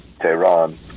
Tehran